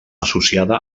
associada